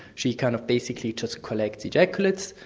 she kind of basically just collects ejaculates,